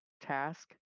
task